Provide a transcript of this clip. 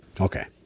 Okay